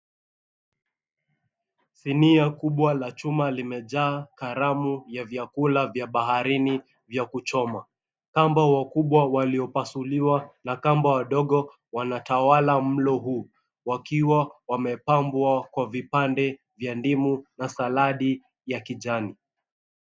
Sinia kubwa la chuma limejaa karamu ya vyakula vya baharini vya kuchoma. Kamba wakubwa waliopasuliwa na kamba wadogo wanatawala mlo huu wakiwa wamepambwa kwa vipande vya ndimu na saladi ya kijani.